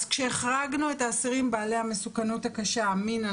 כשהחרגנו את האסירים בעלי המסוכנות הקשה מין,